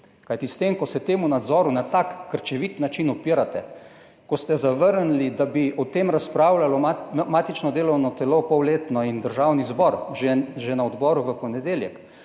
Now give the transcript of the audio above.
Kajti s tem, ko se temu nadzoru na tak krčevit način upirate, ko ste zavrnili, da bi o tem razpravljalo matično delovno telo polletno in državni zbor že na odboru v ponedeljek,